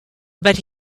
but